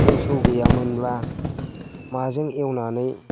मोसौ गैयामोनब्ला माजों एवनानै